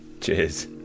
Cheers